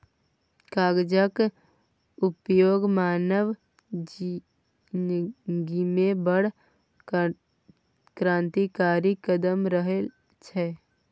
कागजक उपयोग मानव जिनगीमे बड़ क्रान्तिकारी कदम रहल छै